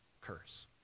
curse